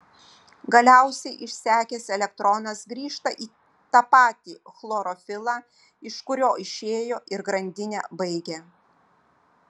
galiausiai išsekęs elektronas grįžta į tą patį chlorofilą iš kurio išėjo ir grandinę baigia